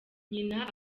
nyina